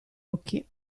occhi